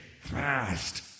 fast